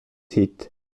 hit